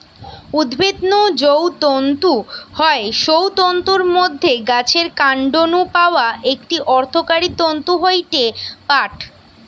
উদ্ভিদ নু যৌ তন্তু হয় সৌ তন্তুর মধ্যে গাছের কান্ড নু পাওয়া একটি অর্থকরী তন্তু হয়ঠে পাট